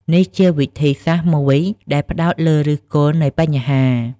នេះជាវិធីសាស្រ្តមួយដែលផ្តោតលើឫសគល់នៃបញ្ហា។